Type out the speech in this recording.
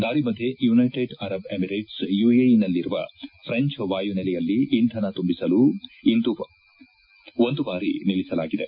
ದಾರಿ ಮಧ್ಯೆ United Arab Emirates ಯುಎಇಯಲ್ಲಿರುವ ಫ್ಲೆಂಚ್ ವಾಯುನೆಲೆಯಲ್ಲಿ ಇಂಧನ ತುಂಬಿಸಲು ಒಂದು ಬಾರಿ ನಿಲ್ಲಿಸಲಾಗಿದೆ